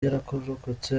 yararokotse